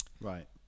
right